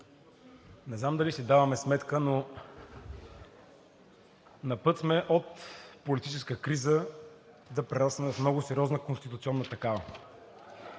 Не знам дали си даваме сметка, но сме на път от политическа криза да прераснем в много сериозна конституционна такава.